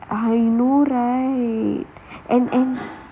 I know right and and